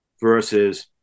versus